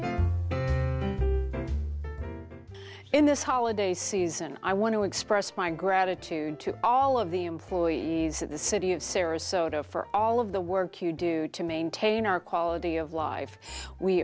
in this holiday season i want to express my gratitude to all of the employees of the city of sarasota for all of the work you do to maintain our quality of life we